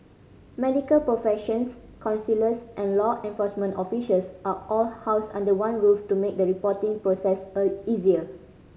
medical professionals counsellors and law enforcement officials are all housed under one roof to make the reporting process easier